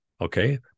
Okay